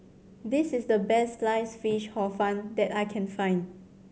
this is the best Sliced Fish Hor Fun that I can find